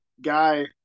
guy